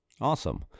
awesome